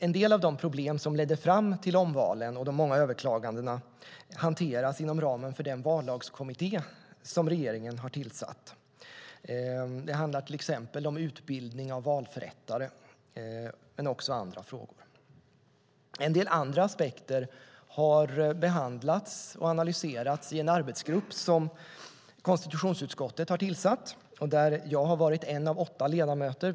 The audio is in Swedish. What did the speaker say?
En del av de problem som ledde fram till omvalen och de många överklagandena hanteras inom ramen för den vallagskommitté som regeringen har tillsatt. Det handlar till exempel om utbildning av valförrättare men också om andra frågor. En del andra aspekter har behandlats och analyserats i en arbetsgrupp som konstitutionsutskottet har tillsatt. Där har jag varit en av åtta ledamöter.